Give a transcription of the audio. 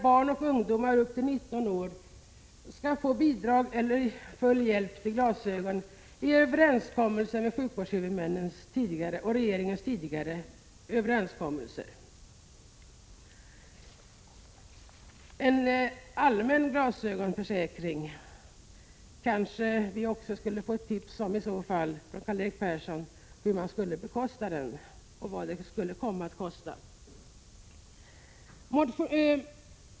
Barn och ungdomar upp till 19 år skall få bidrag eller full hjälp till glasögon enligt sjukvårdshuvudmännens och regeringens tidigare överenskommelser. När det gäller en allmän glasögonförsäkring borde vi kanske också få ett tips, Karl-Erik Persson, om hur man skall bekosta den och vad den skulle kosta.